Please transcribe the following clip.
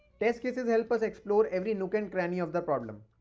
test cases help us explore every nook and cranny of the problem.